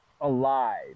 alive